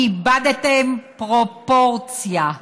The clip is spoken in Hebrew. איבדתם פרופורציה.